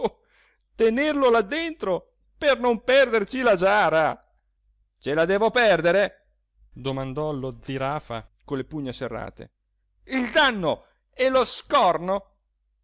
tenerlo là dentro per non perderci la giara ce la devo perdere domandò lo zirafa con le pugna serrate il danno e lo scorno